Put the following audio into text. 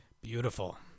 Beautiful